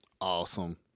awesome